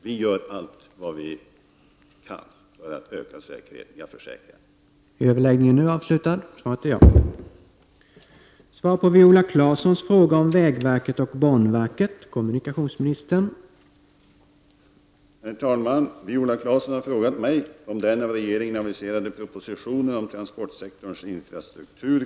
Vi gör allt vad vi kan för att öka säkerheten till sjöss, det kan jag försäkra.